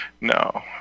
no